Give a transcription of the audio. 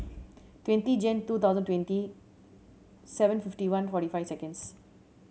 twenty Jan two thousand twenty seven fifty one forty five seconds